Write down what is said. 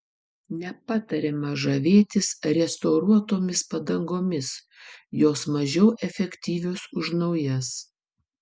nepatariama žavėtis restauruotomis padangomis jos mažiau efektyvios už naujas